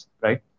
right